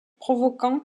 provoquant